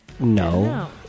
No